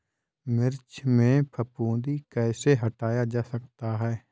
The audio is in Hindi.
मिर्च में फफूंदी कैसे हटाया जा सकता है?